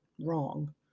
wrong